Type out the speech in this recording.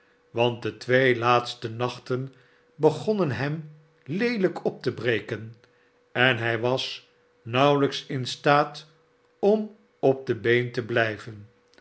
want de twee laatste nachten begonnen hem leehjk op te breken en hij was nauwelijks in staat om op de been te bhjven